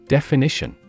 Definition